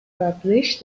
published